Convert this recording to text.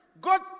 God